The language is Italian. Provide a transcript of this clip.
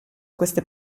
queste